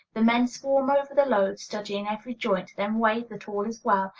the men swarm over the load, studying every joint, then wave that all is well,